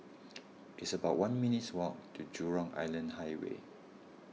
it's about one minutes' walk to Jurong Island Highway